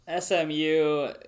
smu